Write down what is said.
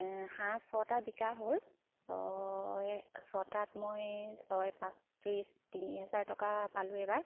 হাঁহ ছটা বিকা হ'ল ছয় ছটাত মই ছয় পাঁচ ত্ৰিছ তিনি হাজাৰ টকা পালোঁ এইবাৰ